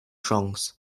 chance